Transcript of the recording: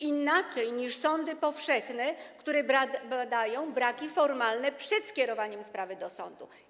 Inaczej niż sądy powszechne, które badają braki formalne przed skierowaniem sprawy do sądu.